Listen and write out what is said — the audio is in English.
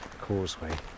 causeway